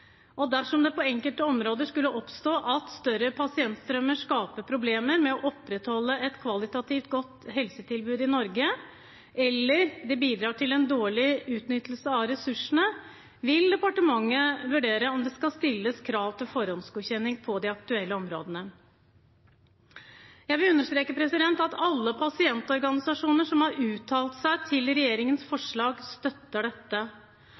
Og dersom det på enkelte områder skulle oppstå at større pasientstrømmer skaper problemer med å opprettholde et kvalitativt godt helsetilbud i Norge, eller det bidrar til en dårlig utnyttelse av ressursene, vil departementet vurdere om det skal stilles krav til forhåndsgodkjenning på de aktuelle områdene. Jeg vil understreke at alle pasientorganisasjoner som har uttalt seg til regjeringens forslag, støtter dette.